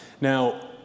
Now